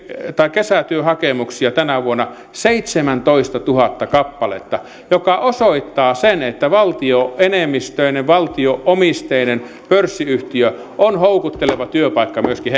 kesätyöhakemuksia tänä vuonna seitsemäntoistatuhatta kappaletta mikä osoittaa sen että valtioenemmistöinen valtio omisteinen pörssiyhtiö on houkutteleva työpaikka myöskin